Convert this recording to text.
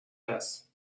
less